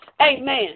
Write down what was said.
amen